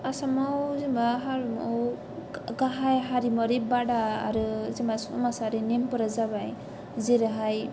आसामाव जेन'बा हारिमु गाहाय हारिमुवारि बादा आरो जेन'बा समाजारि नेमफोरा जाबाय जेरैहाय